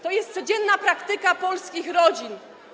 To jest codzienna praktyka polskich rodzin.